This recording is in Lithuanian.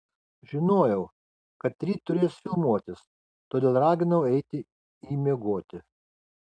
žinojau kad ryt turės filmuotis todėl raginau eiti į miegoti